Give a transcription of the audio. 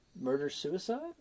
murder-suicide